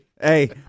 Hey